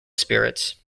spirits